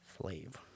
slave